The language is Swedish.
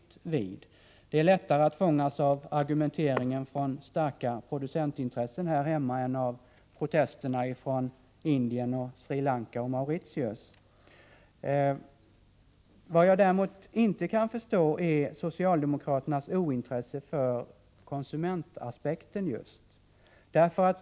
Det är lättare att fångas av argumenteringen från starka producentintressen här hemma än av protesterna från Indien, Sri Lanka och Mauritius. Vad jag däremot inte kan förstå är socialdemokraternas ointresse för konsumentaspekten.